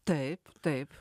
taip taip